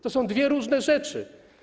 To są dwie różne rzeczy.